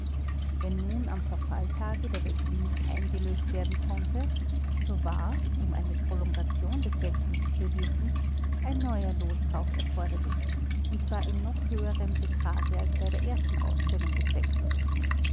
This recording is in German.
wenn nun am verfalltage der wechsel nicht eingelöst werden konnte so war um eine prolongation des wechsels zu bewirken ein neuer loskauf erforderlich und zwar in noch höherem betrage als bei der ersten ausstellung des wechsels